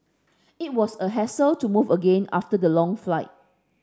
it was a hassle to move again after the long flight